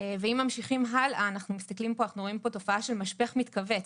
אם ממשיכים הלאה אנחנו רואים פה תופעה של משפך מתכווץ.